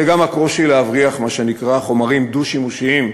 וגם הקושי להבריח מה שנקרא "חומרים דו-שימושיים",